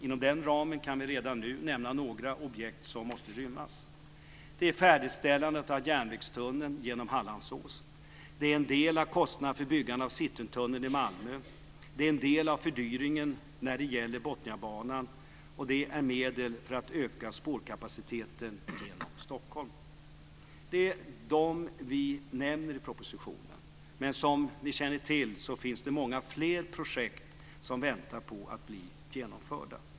Inom den ramen kan vi redan nu nämna objekt som måste rymmas. Det är färdigställandet av järnvägstunneln genom Hallandsåsen, en del av kostnaderna för byggandet av Citytunneln i De är de investeringar som regeringen nämner i propositionen. Men som vi känner till finns det många fler projekt som väntar på att bli genomförda.